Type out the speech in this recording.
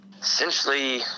essentially